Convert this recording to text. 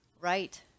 Right